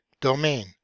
domain